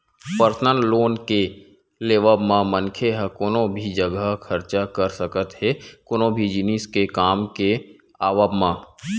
personal loan के लेवब म मनखे ह कोनो भी जघा खरचा कर सकत हे कोनो भी जिनिस के काम के आवब म